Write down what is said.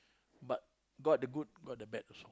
but got the good got the bad also